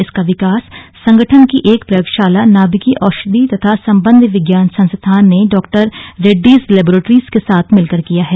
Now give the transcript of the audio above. इसका विकास संगठन की एक प्रयोगशाला नाभिकीय औषधि तथा संबद्ध विज्ञान संस्थान ने डॉ रेड्डीज लेबॉरेट्रीज के साथ मिलकर किया है